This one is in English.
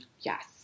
Yes